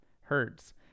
hertz